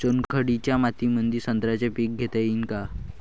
चुनखडीच्या मातीमंदी संत्र्याचे पीक घेता येईन का?